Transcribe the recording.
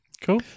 Cool